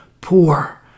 poor